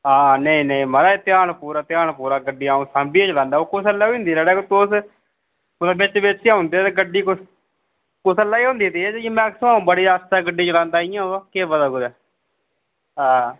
हां नेईं नेईं महाराज ध्यान पूरा ध्यान पूरा गड्डी अ'ऊं साम्बियै चलांदा ओह् कुसै ले होई जन्दी कुदै बिच्च बिच्च औंदे ते गड्डी कुसै बेल्लै गै होंदी तेज ते मैक्सिमम बड़ी आस्तै गड्डी चलांदा इयां ओह् केह् पता कुतै आं